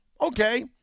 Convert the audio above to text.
Okay